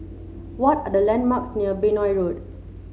what are the landmarks near Benoi Road